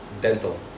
dental